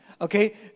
Okay